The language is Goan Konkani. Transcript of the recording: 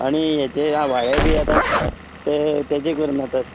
आनी हेचे आवाळे बी ते तेजे कर ना तर